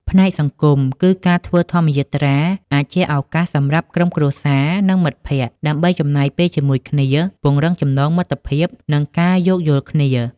ផ្នែកសង្គមគឺ ការធ្វើធម្មយាត្រាអាចជាឱកាសសម្រាប់ក្រុមគ្រួសារ និងមិត្តភក្តិ ដើម្បីចំណាយពេលជាមួយគ្នា ពង្រឹងចំណងមិត្តភាព និងការយោគយល់គ្នា។